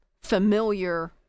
familiar